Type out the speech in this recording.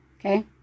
Okay